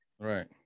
Right